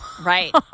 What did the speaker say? Right